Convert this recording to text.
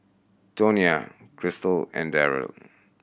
Tonia Krystal and Darren